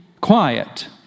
quiet